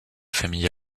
familles